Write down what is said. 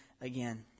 again